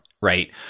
Right